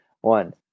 One